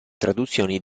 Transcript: traduzioni